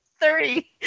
thirty